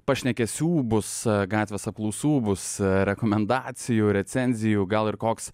pašnekesių bus gatvės apklausų bus rekomendacijų recenzijų gal ir koks